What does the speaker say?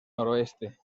noroeste